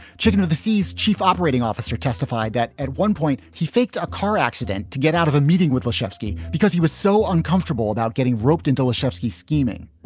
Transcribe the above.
chicken of the seas chief operating officer testified that at one point he faked a car accident to get out of a meeting with laszewski because he was so uncomfortable about getting roped into lafsky scheming.